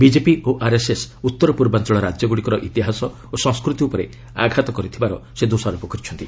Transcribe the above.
BJP ଓ RSS ଉତ୍ତରପୂର୍ବାଞ୍ଚଳ ରାଜ୍ୟଗୁଡ଼ିକର ଇତିହାସ ଓ ସଂସ୍କୃତି ଉପରେ ଆଘାତ କରିଥିବାର ସେ ଦୋଷାରୋପ କରିଛନ୍ତି